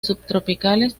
subtropicales